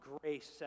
grace